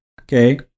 Okay